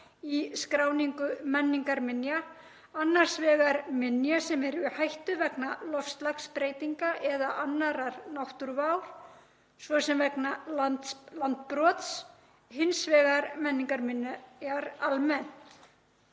í skráningu menningarminja, annars vegar minja sem eru í hættu vegna loftslagsbreytinga eða annarrar náttúruvár, svo sem vegna landbrots, hins vegar menningarminja almennt.“